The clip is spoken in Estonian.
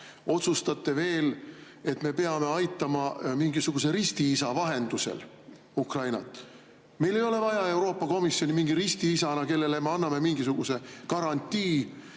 otsustate, et me peame aitama Ukrainat veel mingisuguse ristiisa vahendusel. Meil ei ole vaja Euroopa Komisjoni mingi ristiisana, kellele me anname mingisuguse garantii.